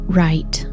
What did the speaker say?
right